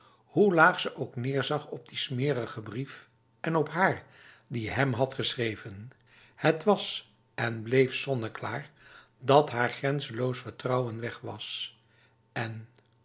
hoe laag ze ook neerzag op die smerige brief en op haar die hem had geschreven het was en bleef zonneklaar dat haar grenzeloos vertrouwen weg was en